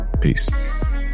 Peace